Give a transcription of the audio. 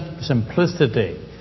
simplicity